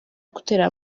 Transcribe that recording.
gutera